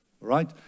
right